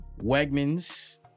Wegmans